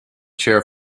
chair